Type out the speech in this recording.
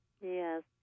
Yes